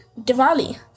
Diwali